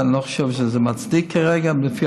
אני לא חושב שזה מצדיק כרגע, לפי